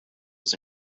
was